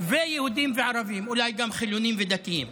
ובין יהודים לערבים, אולי גם בין חילונים לדתיים.